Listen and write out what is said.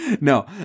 No